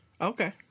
Okay